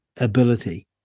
ability